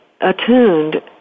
attuned